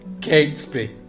Catesby